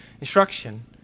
instruction